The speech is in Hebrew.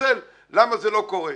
להתנצל למה זה לא קורה.